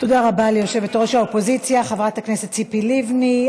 תודה רבה ליושבת-ראש האופוזיציה חברת הכנסת ציפי לבני.